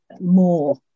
more